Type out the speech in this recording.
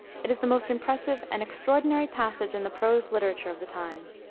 it is the most impressive and extraordinary passage in the prose literature of the time.